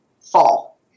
fall